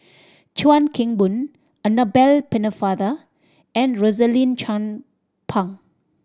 Chuan Keng Boon Annabel Pennefather and Rosaline Chan Pang